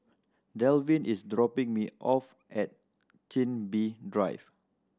Dalvin is dropping me off at Chin Bee Drive